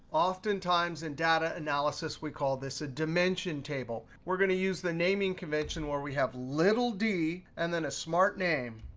oftentimes in data analysis, we call this a dimension table. we're going to use the naming convention where we have little d, and then a smart name,